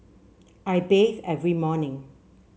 I bathe every morning